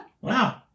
wow